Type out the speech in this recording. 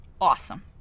awesome